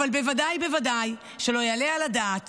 אבל בוודאי ובוודאי שלא יעלה על הדעת